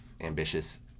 ambitious